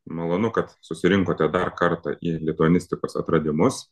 malonu kad susirinkote dar kartą į lituanistikos atradimus